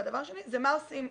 והדבר השני זה מה עושים.